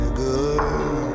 good